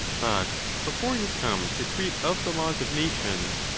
but before you come to treat of the laws of nations,